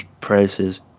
prices